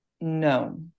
No